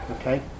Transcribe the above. okay